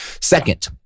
Second